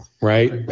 right